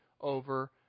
over